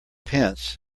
pence